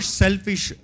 selfish